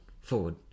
Forward